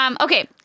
Okay